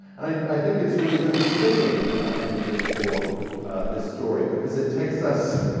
and i think it's really a very fitting ending for this story, because it takes us,